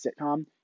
sitcom